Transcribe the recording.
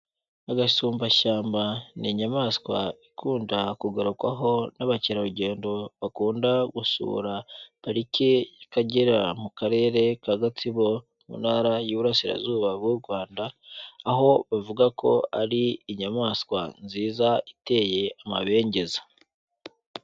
Agasumbashyamba ni inyamaswa ikunda kugarukwaho n'abakerarugendo bakunda gusura pariki y'Akagera mu karere ka Gatsibo mu ntara y'Uburasirazuba bw'u Rwanda, aho bavuga ko ari inyamaswa nziza iteye amabengeza.